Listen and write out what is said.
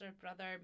brother